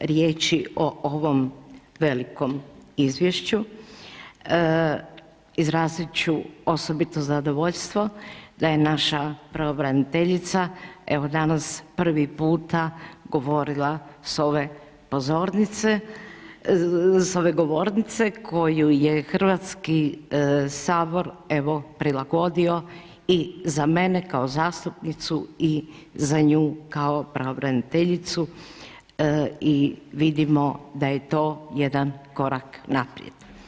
riječi o ovom velikom izvješću, izrazit ću osobito zadovoljstvo da je naša pravobraniteljica evo danas prvi puta govorila s ove pozornica, s ove govornice, koju je Hrvatski sabor, evo prilagodio i za mene kao zastupnicu i za nju kao pravobraniteljicu i vidimo da je to jedan korak naprijed.